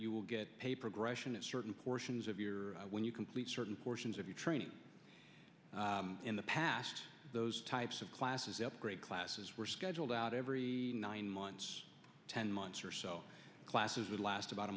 you will get a progression in certain portions of your when you complete certain portions of your training in the past those types of classes upgrade classes were scheduled out every nine months ten months or so classes would last about a